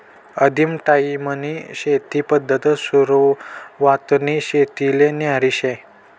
आदिम टायीमनी शेती पद्धत सुरवातनी शेतीले न्यारी शे